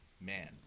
Man